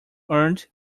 earned